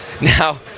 Now